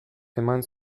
eman